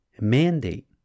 mandate